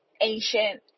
ancient